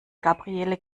gabriele